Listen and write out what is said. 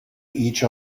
each